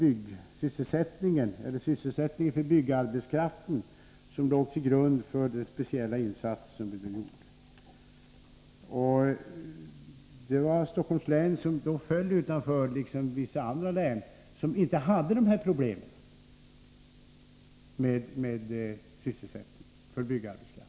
Det var sysselsättningen för byggarbetskraften som låg till grund för de speciella insatser som vi gjorde i det senaste sysselsättningspaketet. Stockholms län samt vissa andra län föll då utanför, eftersom man där inte hade problem med sysselsättningen för byggarbetskraften.